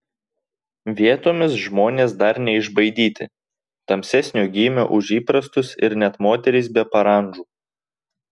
vietomis žmonės dar neišbaidyti tamsesnio gymio už įprastus ir net moterys be parandžų